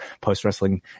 post-wrestling